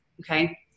Okay